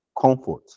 comfort